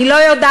אני לא יודעת,